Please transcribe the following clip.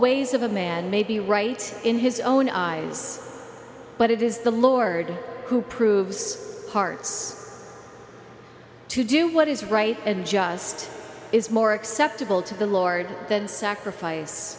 ways of a man may be right in his own eyes but it is the lord who proves hearts to do what is right and just is more acceptable to the lord than sacrifice